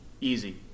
Easy